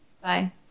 Bye